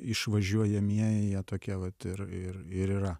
išvažiuojamieji jie tokie vat ir ir ir yra